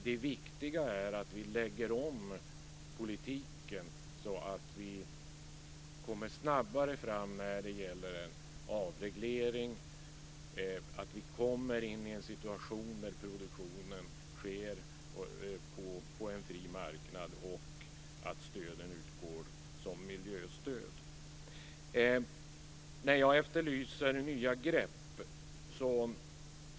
Det viktiga är att vi lägger om politiken så att vi snabbare kommer fram när det gäller avreglering, att vi kommer in i en situation där produktionen sker på en fri marknad och att stöden utgår som miljöstöd. Jag efterlyser nya grepp.